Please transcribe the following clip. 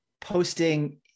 posting